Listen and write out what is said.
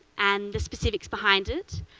and the specifics behind it,